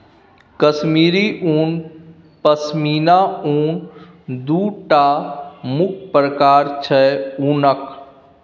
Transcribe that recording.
कश्मीरी उन, पश्मिना उन दु टा मुख्य प्रकार छै उनक